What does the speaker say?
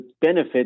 benefit